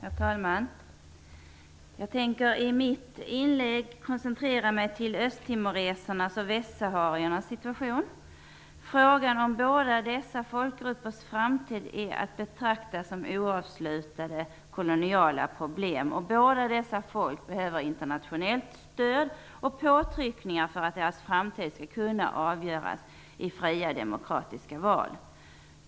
Herr talman! Jag tänker i mitt inlägg koncentrera mig på östtimoresernas och västsahariernas situation. Frågan om båda dessa folkgruppers framtid är att betrakta som oavslutade koloniala problem. Båda dessa folk behöver internationellt stöd och påtryckningar för att deras framtid skall kunna avgöras i fria demokratiska val.